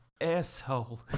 Asshole